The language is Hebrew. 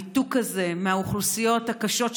הניתוק הזה מהאוכלוסיות הקשות,